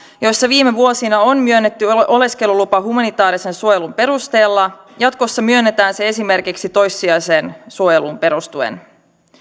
joissa viime vuosina on myönnetty oleskelulupa humanitaarisen suojelun perusteella jatkossa myönnetään se esimerkiksi toissijaiseen suojeluun perustuen